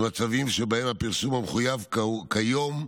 במצבים שבהם הפרסום המחויב כיום,